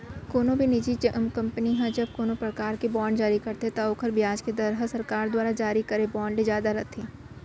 कोनो भी निजी कंपनी ह जब कोनों परकार के बांड जारी करथे त ओकर बियाज के दर ह सरकार दुवारा जारी करे बांड ले जादा रथे